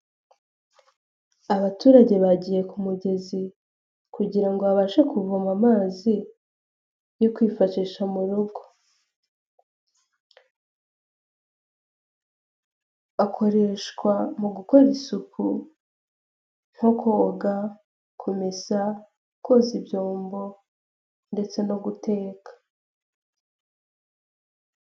Abaturage bagiye ku mugezi kugira ngo babashe kuvoma amazi yo kwishisha mu rugo. Akoreshwa mu gukora isuku nko koga, kumesa, koza ibyombo ndetse no guteka.